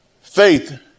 Faith